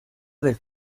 del